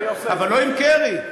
אבל לא עם קרי.